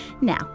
Now